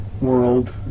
world